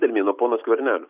dalimi nuo pono skvernelio